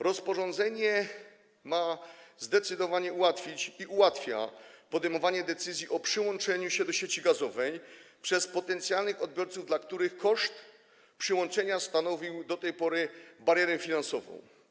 Rozporządzenie ma zdecydowanie ułatwić, i ułatwia, podejmowanie decyzji o przyłączeniu się do sieci gazowej przez potencjalnych odbiorców, dla których koszt przyłączenia stanowił do tej pory barierę finansową.